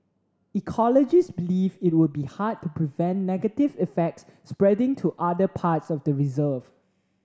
ecologists believe it would be hard to prevent negative effects spreading to other parts of the reserve